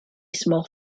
small